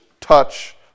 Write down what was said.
touch